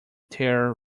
tear